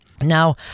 Now